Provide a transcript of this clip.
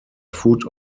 food